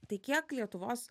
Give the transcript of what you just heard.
tai kiek lietuvos